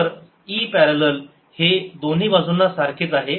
तर e parallel हे दोन्ही बाजूंना सारखेच आहे